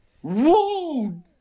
Whoa